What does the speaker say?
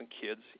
kids